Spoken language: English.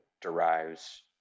derives